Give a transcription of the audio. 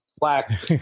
Black